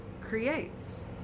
creates